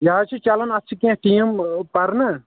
یہِ حظ چھِ چلان اَتھ چھِ کیٚنٛہہ ٹیٖم پَرنہٕ